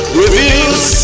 reveals